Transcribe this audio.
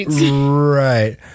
Right